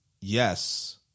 Yes